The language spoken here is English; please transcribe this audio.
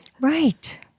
Right